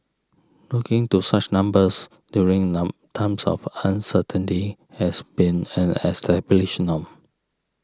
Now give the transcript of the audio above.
looking to such numbers during none times of uncertainty has been an established norm